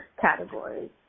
categories